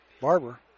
Barber